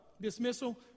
dismissal